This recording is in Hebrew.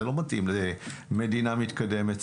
זה לא מתאים למדינה מתקדמת.